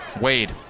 Wade